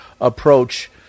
approach